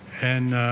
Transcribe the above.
and